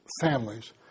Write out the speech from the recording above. families